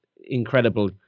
incredible